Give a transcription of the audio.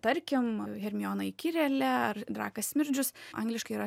tarkim hermiona įkyrėlė ar drakas smirdžius angliškai yra